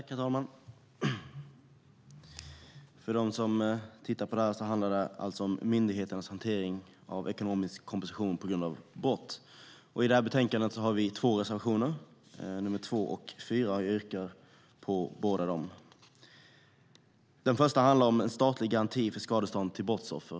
Herr talman! Till dem som tittar på det här vill jag säga att det handlar om myndigheternas hantering av ekonomisk kompensation på grund av brott. I det här betänkandet har vi två reservationer, nr 2 och nr 4. Jag yrkar bifall till båda dem. Den första handlar om en statlig garanti för skadestånd till brottsoffer.